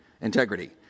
Integrity